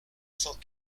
cent